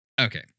Okay